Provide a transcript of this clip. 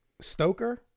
Stoker